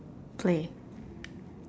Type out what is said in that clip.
play